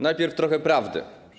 Najpierw trochę prawdy.